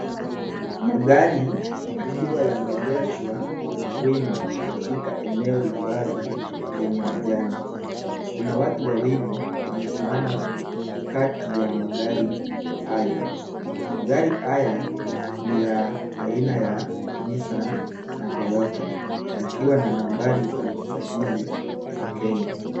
Magari yakiwa yameegeshwa wima katika eneo la wazi lenye majani. Kuna watu wawili wamesimama kati ya magari hayo. Magari haya ni ya aina ya Nissan na Toyota yakiwa na nambari za usajili za Kenya.